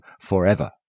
forever